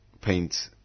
paint